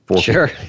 Sure